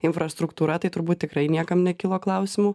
infrastruktūra tai turbūt tikrai niekam nekilo klausimų